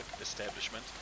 establishment